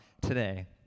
today